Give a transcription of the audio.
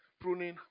pruning